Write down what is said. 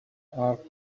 are